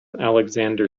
alexander